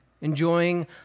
enjoying